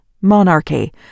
monarchy